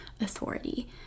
authority